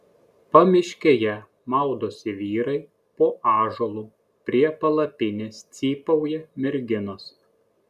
pamiškėje maudosi vyrai po ąžuolu prie palapinės cypauja merginos